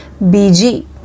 BG